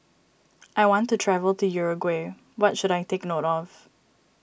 I want to travel to Uruguay what should I take note of